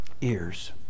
ears